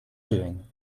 doing